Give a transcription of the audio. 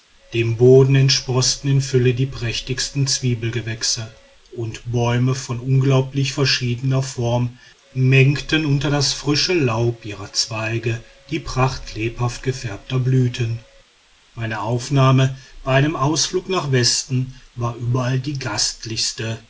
dem boden entsproßten in fülle die prächtigsten zwiebelgewächse und bäume von unglaublich verschiedener form mengten unter das frische laub ihrer zweige die pracht lebhaft gefärbter blüten meine aufnahme bei einem ausflug nach westen war überall die gastlichste